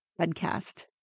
podcast